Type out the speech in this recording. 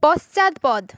পশ্চাৎপদ